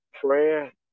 prayer